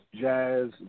Jazz